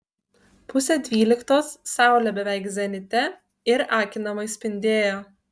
pusė dvyliktos saulė beveik zenite ir akinamai spindėjo